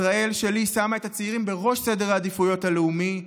ישראל שלי שמה את הצעירים בראש סדר העדיפויות הלאומי,